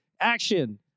action